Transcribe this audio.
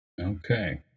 Okay